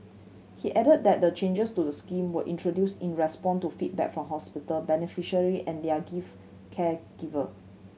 he added that the changes to the scheme were introduced in response to feedback from hospital beneficiary and their give care giver